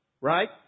right